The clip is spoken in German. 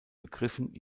begriffen